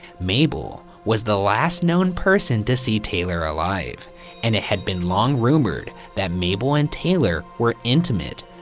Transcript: mabel was the last known person to see taylor alive and it had been long rumored that mabel and taylor were intimate.